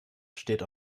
steht